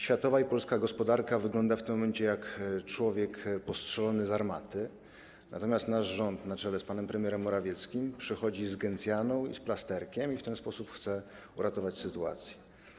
Światowa i polska gospodarki wyglądają w tym momencie jak człowiek postrzelony z armaty, natomiast nasz rząd na czele z panem premierem Morawieckim przychodzi z gencjaną i plasterkiem i w ten sposób chce uratować sytuację.